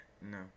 No